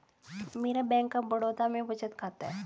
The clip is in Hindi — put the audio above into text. मेरा बैंक ऑफ बड़ौदा में बचत खाता है